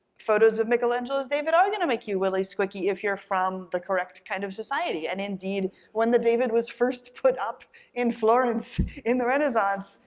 photos of michelangelo's david are gonna make you really squikky if you're from the correct kind of society, and indeed when the david was first put up in florence in the renaissance,